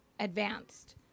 Advanced